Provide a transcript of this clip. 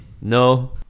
No